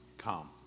come